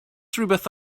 rhywbeth